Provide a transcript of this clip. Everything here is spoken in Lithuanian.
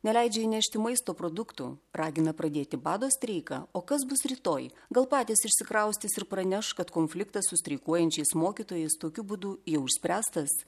neleidžia įnešti maisto produktų ragina pradėti bado streiką o kas bus rytoj gal patys išsikraustys ir praneš kad konfliktas su streikuojančiais mokytojais tokiu būdu jau išspręstas